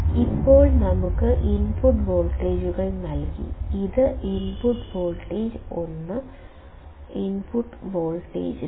ഇപ്പോൾ നമുക്ക് ഇൻപുട്ട് വോൾട്ടേജുകൾ നൽകി ഇത് ഇൻപുട്ട് വോൾട്ടേജ് 1 ഇൻപുട്ട് വോൾട്ടേജ് 2